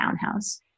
townhouse